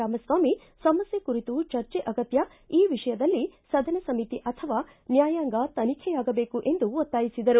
ರಾಮಸ್ವಾಮಿ ಸಮಸ್ಥೆ ಕುರಿತು ಚರ್ಚೆ ಅಗತ್ತ ಈ ವಿಷಯದಲ್ಲಿ ಸದನ ಸಮಿತಿ ಅಥವಾ ನ್ವಾಯಾಂಗ ತನಿಖೆಯಾಗಬೇಕು ಎಂದು ಒತ್ತಾಯಿಸಿದರು